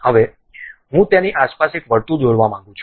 હવે હું તેની આસપાસ એક વર્તુળ દોરવા માંગું છું